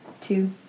two